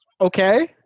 Okay